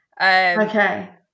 okay